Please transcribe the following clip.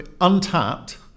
untapped